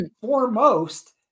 foremost